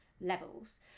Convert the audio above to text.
levels